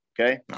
okay